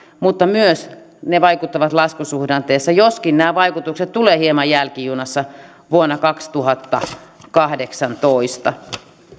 mutta ne vaikuttavat myös laskusuhdanteessa joskin nämä vaikutukset tulevat hieman jälkijunassa vuonna kaksituhattakahdeksantoista